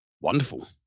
Wonderful